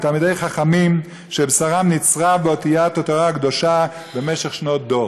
אל תלמידי חכמים שבשרם נצרב באותיות התורה הקדושה במשך שנות דור.